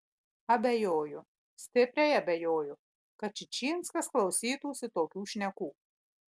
abejoju stipriai abejoju kad čičinskas klausytųsi tokių šnekų